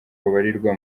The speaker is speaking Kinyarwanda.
babarirwa